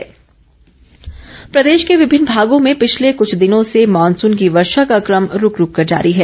मौसम प्रदेश के विभिन्न भागों में पिछले कूछ दिनों से मॉनसून की वर्षा का क्रम रूक रूक कर जारी है